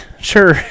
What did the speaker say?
sure